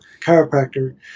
chiropractor